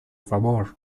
favor